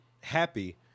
happy